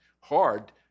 hard